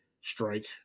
strike